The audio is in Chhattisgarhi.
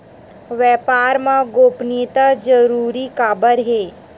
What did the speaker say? व्यापार मा गोपनीयता जरूरी काबर हे?